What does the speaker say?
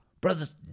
Brothers